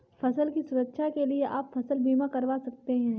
फसल की सुरक्षा के लिए आप फसल बीमा करवा सकते है